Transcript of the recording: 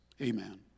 Amen